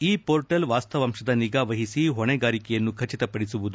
ಈ ಮೋರ್ಟಲ್ ವಾಸ್ತಾವಂಶದ ನಿಗಾವಹಿಸಿ ಹೊಣೆಗಾರಿಕೆಯನ್ನು ಖಚಿತಪಡಿಸುವುದು